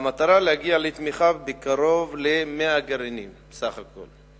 המטרה היא להגיע לתמיכה בקרוב ל-100 גרעינים בסך הכול.